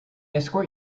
escort